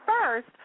First